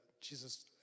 jesus